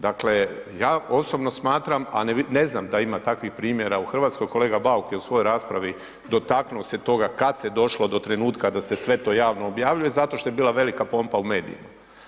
Dakle, ja osobno smatram, a ne znam da ima takvih primjera u RH, kolega Bauk je u svojoj raspravi dotaknuo svega toga kad se došlo do trenutka da se sve to javno objavljuje zato što je bila velika pompa u medijima.